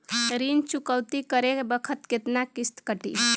ऋण चुकौती करे बखत केतना किस्त कटी?